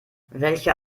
welcher